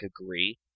agree